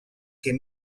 que